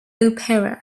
opera